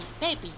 baby